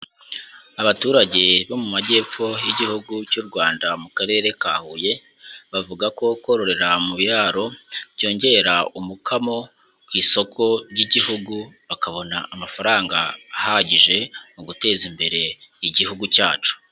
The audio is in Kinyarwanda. Abaturage bo mu Majyepfo y'igihugu cy'u Rwanda mu Karere ka Huye, bavuga ko kororera mu biraro byongera umukamo ku isoko ry'igihugu bakabona amafaranga ahagije mu guteza imbere igihugu cyacu.